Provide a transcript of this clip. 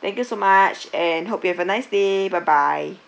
thank you so much and hope you have a nice day bye bye